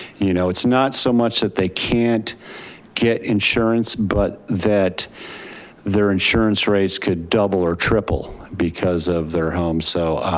you know, it's not so much that they can't get insurance but that their insurance rates could double or triple because of their homes. so,